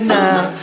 now